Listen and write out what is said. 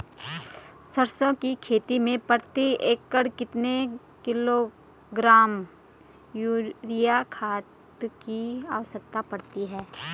सरसों की खेती में प्रति एकड़ कितने किलोग्राम यूरिया खाद की आवश्यकता पड़ती है?